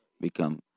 become